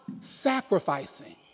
sacrificing